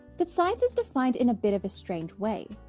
the size is defined in a bit of a strange way.